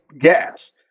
gas